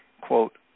quote